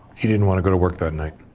he didn't want to go to work that night?